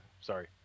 Sorry